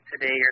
today